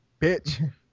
bitch